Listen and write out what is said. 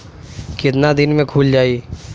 कितना दिन में खुल जाई?